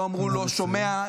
לא אמרו לו: שומע,